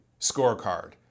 scorecard